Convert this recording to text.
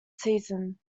season